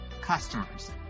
customers